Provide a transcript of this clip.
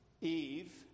Eve